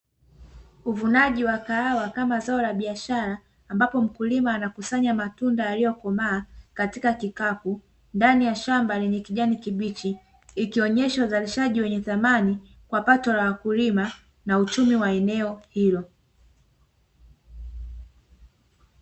Uvunaji wa kahawa kama zao la biashara ambapo mkulima anakusanya matunda yaliyokomaa katika kikapu, ndani ya shamba lenye kijani kibichi. Ikionesha uzalishaji wenye thamani kwa pato la wakulima na uchumi wa eneo hilo.